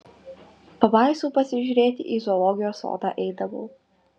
pabaisų pasižiūrėti į zoologijos sodą eidavau